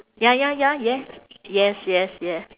ya ya ya yes yes yes yeah